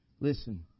Listen